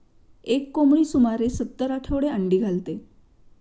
एक कोंबडी सुमारे सत्तर आठवडे अंडी घालते